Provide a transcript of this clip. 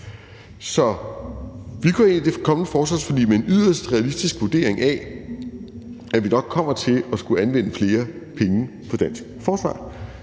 Så vi går ind i det kommende forsvarsforlig med en yderst realistisk vurdering af, at vi nok kommer til at skulle anvende flere penge på dansk forsvar,